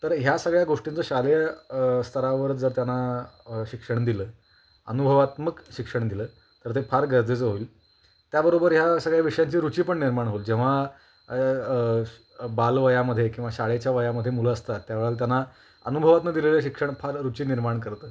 तर ह्या सगळ्या गोष्टींचं शालेय स्तरावर जर त्यांना शिक्षण दिलं अनुभवात्मक शिक्षण दिलं तर ते फार गरजेचं होईल त्याबरोबर ह्या सगळ्या विषयांची रुची पण निर्माण होईल जेव्हा बालवयामध्ये किंवा शाळेच्या वयामध्ये मुलं असतात त्यावेळेला त्यांना अनुभवातून दिलेलं शिक्षण फार रुची निर्माण करतं